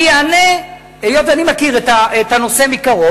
היות שאני מכיר את הנושא מקרוב,